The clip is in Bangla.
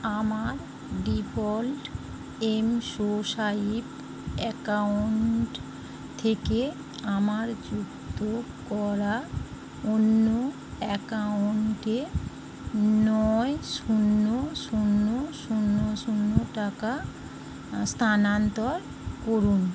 আমার ডিফল্ট এমসোয়াইপ অ্যাকাউন্ট থেকে আমার যুক্ত করা অন্য অ্যাকাউন্টে নয় শূন্য শূন্য শূন্য শূন্য টাকা স্থানান্তর করুন